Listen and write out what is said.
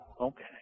okay